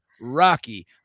Rocky